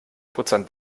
prozent